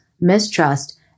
mistrust